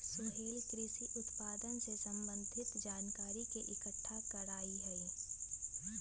सोहेल कृषि उत्पादन से संबंधित जानकारी के इकट्ठा करा हई